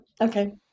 Okay